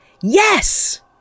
Yes